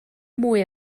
mwy